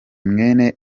mwene